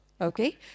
okay